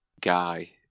Guy